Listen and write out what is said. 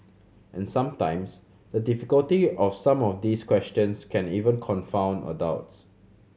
and sometimes the difficulty of some of these questions can even confound adults